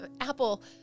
apple